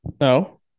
No